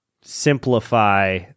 simplify